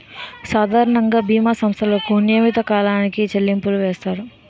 సాధారణంగా బీమా సంస్థలకు నియమిత కాలానికి చెల్లింపులు చేస్తారు